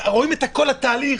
רואים את כל התהליך,